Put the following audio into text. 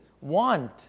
want